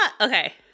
Okay